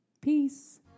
peace